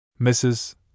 Mrs